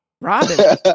Robin